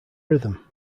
rhythm